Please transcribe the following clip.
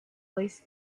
placed